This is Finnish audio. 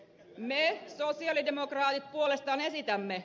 me sosialidemokraatit puolestaan esitämme